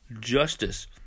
Justice